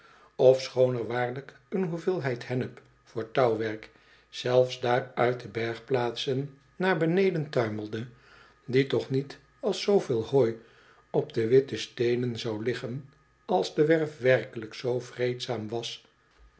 ofschoon er waarlijk een hoeveelheid hennep voor touwwerk zelfs daar uit de bergplaatsen naar beneden tuimelde die toch niet als zooveel hooi op de witte steenen zou liggen als de werf werkelijk zoo vreedzaam was